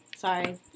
Sorry